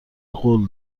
قول